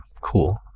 cool